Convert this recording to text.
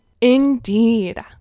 Indeed